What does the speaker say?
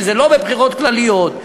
שזה לא בבחירות כלליות,